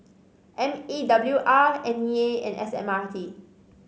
M E W R N E A and S M R T